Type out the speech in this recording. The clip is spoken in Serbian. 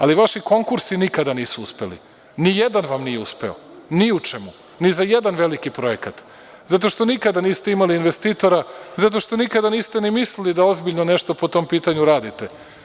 Ali, vaši konkursi nikada nisu uspeli, nijedan vam nije uspeo, ni u čemu, ni za jedan veliki projekat zato što nikada niste imali investitora, zato što nikada niste ni mislili da ozbiljno nešto po tom pitanju radite.